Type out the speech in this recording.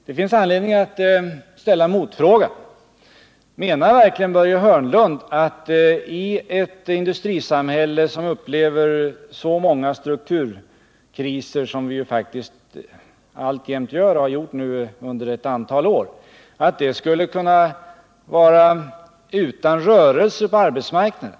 Det finns anledning att i det sammanhanget ställa en motfråga: Menar verkligen Börje Hörnlund att ett industrisamhälle som vårt som upplevt så många strukturkriser som det faktiskt varit fråga om under ett antal år skulle kunna fungera utan rörlighet på arbetsmarknaden?